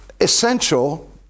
essential